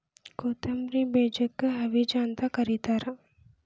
ಕೊತ್ತಂಬ್ರಿ ಬೇಜಕ್ಕ ಹವಿಜಾ ಅಂತ ಕರಿತಾರ